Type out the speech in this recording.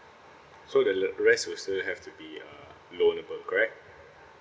so the le~ rest will still have to be uh loanable correct